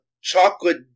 chocolate